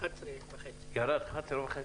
11,500. ירד ל-11,500.